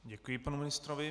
Děkuji panu ministrovi.